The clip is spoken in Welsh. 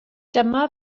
dyma